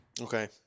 Okay